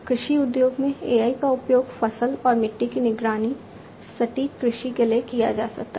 कृषि उद्योग में AI का उपयोग फसल और मिट्टी की निगरानी सटीक कृषि के लिए किया जा सकता है